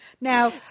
Now